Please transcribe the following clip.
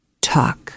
Talk